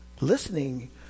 listening